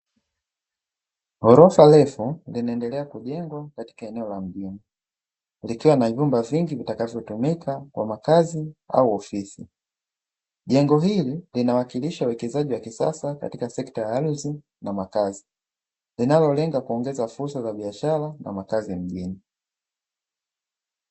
Ghorofa refu linaendelea kujengwa katika eneo la mjini, likiwa na vyumba vingi vitakavyotumika kwa makazi au ofisi. Jengo hili linawakilisha uwekezaji wa kisasa katika sekta ya ardhi na makazi, linalolenga kuongeza fursa za biashara na makazi ya mjini.